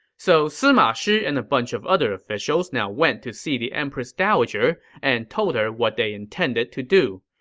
so sima shi and a bunch of other officials now went to see the empress dowager and told her what they intended to do.